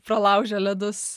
pralaužia ledus